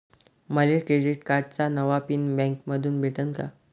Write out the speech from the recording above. मले क्रेडिट कार्डाचा नवा पिन बँकेमंधून भेटन का?